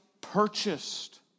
purchased